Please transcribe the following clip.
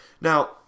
Now